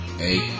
eight